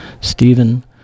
Stephen